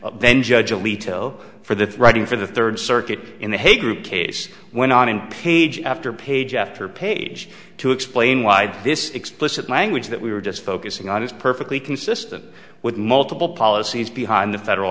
then judge alito for the writing for the third circuit in the hay group case went on and page after page after page to explain why this explicit language that we were just focusing on is perfectly consistent with multiple policies behind the federal